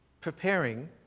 preparing